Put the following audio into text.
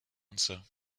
answer